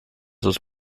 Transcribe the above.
sus